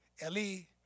L-E